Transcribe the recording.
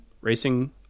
racing